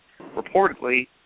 reportedly